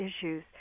issues